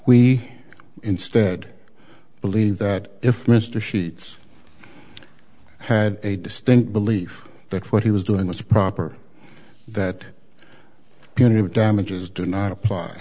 we instead believe that if mr sheets had a distinct belief that what he was doing was proper that punitive damages do not apply